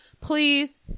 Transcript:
Please